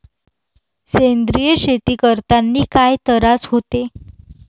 सेंद्रिय शेती करतांनी काय तरास होते?